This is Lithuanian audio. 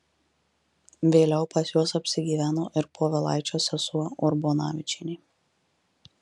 vėliau pas juos apsigyveno ir povilaičio sesuo urbonavičienė